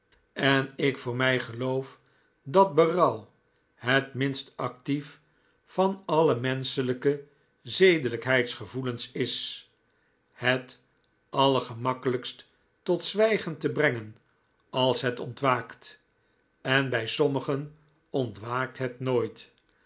en ik voor mij geloof dat berouw het minst actief van alle menschelijke zedelijkheidsgevoelens is het allergemakkelijkst tot zwijgen te brengen als het ontwaakt en bij sommigen ontwaakt het nooit